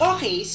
Okay